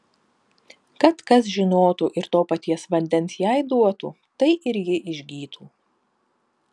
kad kas žinotų ir to paties vandens jai duotų tai ir ji išgytų